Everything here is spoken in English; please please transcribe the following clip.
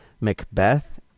Macbeth